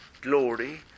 glory